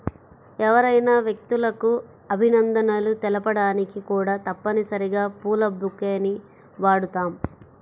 ఎవరైనా వ్యక్తులకు అభినందనలు తెలపడానికి కూడా తప్పనిసరిగా పూల బొకేని వాడుతాం